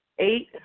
Eight